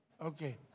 Okay